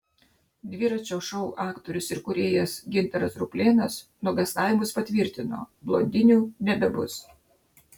dviračio šou aktorius ir kūrėjas gintaras ruplėnas nuogąstavimus patvirtino blondinių nebebus